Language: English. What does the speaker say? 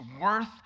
worth